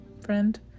friend